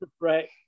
Right